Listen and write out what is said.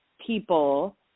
people